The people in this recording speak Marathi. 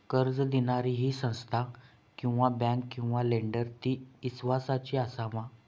कर्ज दिणारी ही संस्था किवा बँक किवा लेंडर ती इस्वासाची आसा मा?